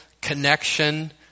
connection